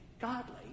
godly